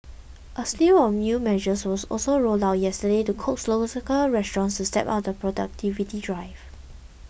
a slew of new measures was also rolled out yesterday to coax local restaurants to step up their productivity drive